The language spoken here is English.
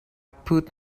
put